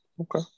Okay